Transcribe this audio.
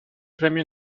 premio